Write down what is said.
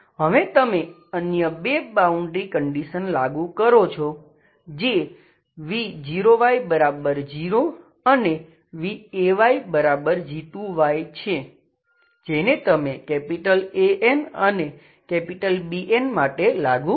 હવે તમે અન્ય બે બાઉન્ડ્રી કંડિશન લાગુ કરો છો જે v0y0 અને vayg2 છે જેને તમે An અને Bnમેળવવા માટે લાગુ કરો છો